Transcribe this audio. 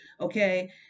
Okay